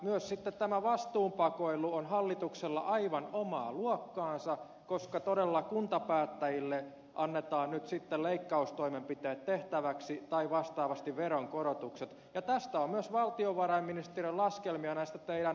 myös sitten tämä vastuunpakoilu on hallituksella aivan omaa luokkaansa koska todella kuntapäättäjille annetaan nyt sitten leikkaustoimenpiteet tehtäväksi tai vastaavasti veronkorotukset ja myös valtiovarainministeriön laskelmia on näistä teidän uudistuksistanne